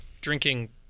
drinking